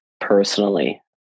personally